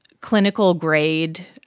clinical-grade